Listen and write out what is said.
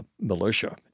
militia